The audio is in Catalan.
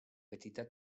petita